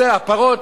חלב זה הפרות.